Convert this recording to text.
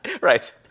Right